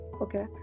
okay